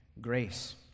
grace